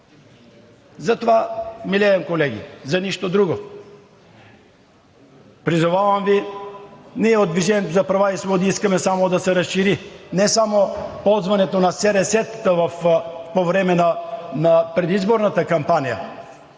Затова милеем, колеги, за нищо друго! Призовавам Ви: ние от „Движение за права и свободи“ искаме само да се разшири не само ползването на СРС-тата по време на предизборната кампания,